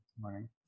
morning